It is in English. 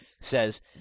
Says